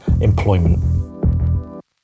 employment